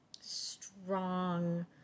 strong